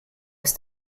ist